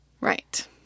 Right